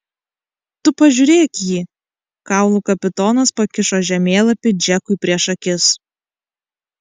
tu pažiūrėk jį kaulų kapitonas pakišo žemėlapį džekui prieš akis